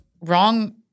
Wrong